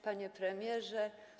Panie Premierze!